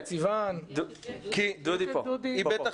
דודי פה.